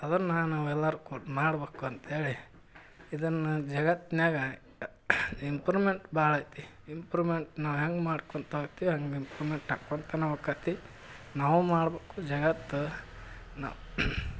ಅದನ್ನು ನಾವೆಲ್ಲರೂ ಕೂತು ಮಾಡಬೇಕು ಅಂತ್ಹೇಳಿ ಇದನ್ನು ಜಗತ್ನಾಗ ಇಂಪ್ರೂವ್ಮೆಂಟ್ ಭಾಳೈತಿ ಇಂಪ್ರೂವ್ಮೆಂಟ್ ನಾವು ಹೆಂಗೆ ಮಾಡ್ಕೊತ ಹೋಗ್ತೀವಿ ಹಂಗೆ ಇಂಪ್ರೂವ್ಮೆಂಟ್ ಆಕ್ಕೊತನ ಹೊಕ್ಕಾತಿ ನಾವೂ ಮಾಡಬೇಕು ಜಗತ್ತು ನಾವು